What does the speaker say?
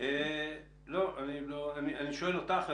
שואל אותך.